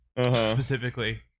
Specifically